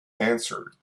answered